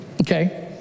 okay